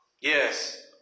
Yes